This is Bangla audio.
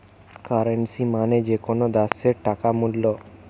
কারেন্সী মানে যে কোনো দ্যাশের টাকার মূল্য